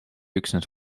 üksnes